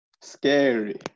Scary